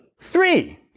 Three